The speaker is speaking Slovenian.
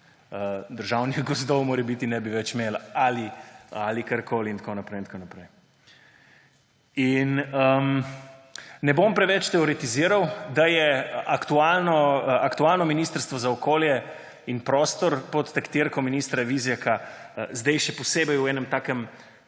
državnih gozdov morebiti ne bi imeli več ali karkoli in tako naprej. Ne bom preveč teoretiziral, da je aktualno ministrstvo za okolje in prostor pod taktirko ministra Vizjaka zdaj še posebej v enem takem